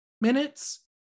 minutes